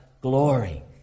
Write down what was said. glory